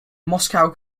moscow